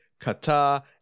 Qatar